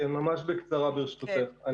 ממש בקצרה, ברשותך.